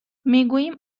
میگوییم